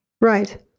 Right